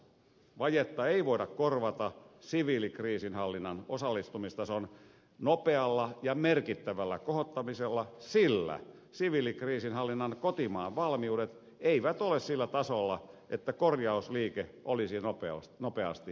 vajetta ei voida korvata siviilikriisinhallinnan osallistumistason nopealla ja merkittävällä kohottamisella sillä siviilikriisinhallinnan kotimaan valmiudet eivät ole sillä tasolle että korjausliike olisi nopeasti toteutettavissa